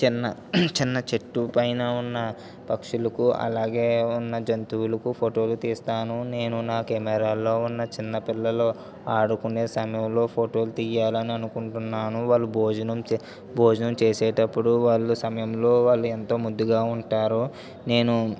చిన్న చిన్న చెట్టుపైన ఉన్న పక్షులకు అలాగే ఉన్న జంతువులకు ఫోటోలు తీస్తాను నేను నా కెమెరాల్లో ఉన్న చిన్నపిల్లలు ఆడుకునే సమయంలో ఫోటోలు తీయాలి అని అనుకుంటున్నాను వాళ్ళు భోజనం చేసేటప్పుడు వాళ్ళు సమయంలో వాళ్ళు ఎంతో ముద్దుగా ఉంటారు నేను